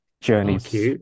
journeys